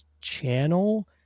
channel